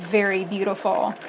very beautiful.